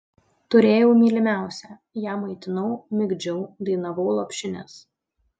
turėjau mylimiausią ją maitinau migdžiau dainavau lopšines